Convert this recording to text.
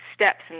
steps